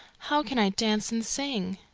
how can i dance and sing?